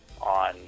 on